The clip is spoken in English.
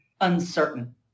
uncertain